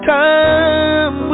time